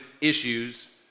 issues